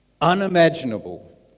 unimaginable